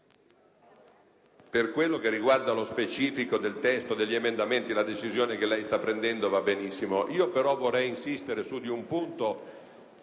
per quanto riguarda lo specifico del testo degli emendamenti, la decisione che lei sta prendendo va benissimo. Io, però, vorrei insistere su un punto